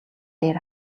дээр